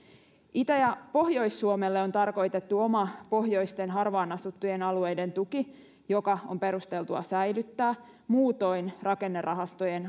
itä ja pohjois suomelle on tarkoitettu oma pohjoisten harvaan asuttujen alueiden tuki joka on perusteltua säilyttää muutoin rakennerahastojen